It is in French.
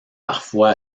parfois